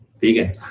vegan